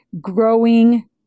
growing